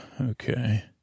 Okay